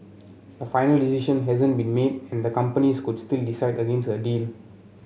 a final decision hasn't been made and the companies could still decide against a deal